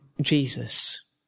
Jesus